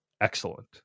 excellent